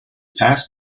passed